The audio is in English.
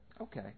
Okay